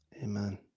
Amen